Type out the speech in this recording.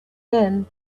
then